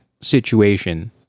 situation